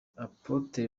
apotre